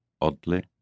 oddly